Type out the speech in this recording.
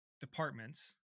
departments